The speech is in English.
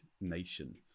nation